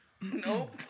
nope